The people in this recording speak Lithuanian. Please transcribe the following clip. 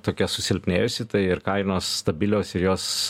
tokia susilpnėjusi tai ir kainos stabilios ir jos